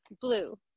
Blue